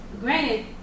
granted